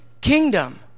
kingdom